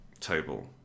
table